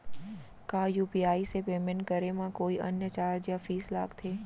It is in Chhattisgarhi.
का यू.पी.आई से पेमेंट करे म कोई अन्य चार्ज या फीस लागथे?